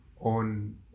on